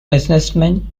businessmen